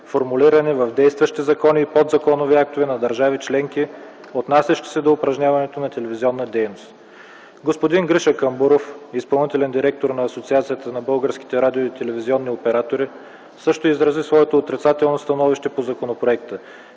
формулирани в действащи закони и подзаконови актове на държави членки, отнасящи се до упражняването на телевизионна дейност. Господин Гриша Камбуров – изпълнителен директор на Асоциация на българските радио и телевизионни оператори, също изрази отрицателно становище по законопроекта.